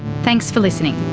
thanks for listening